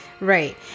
Right